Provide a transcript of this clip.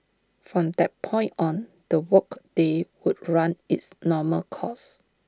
from that point on the work day would run its normal course